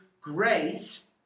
grace